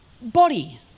body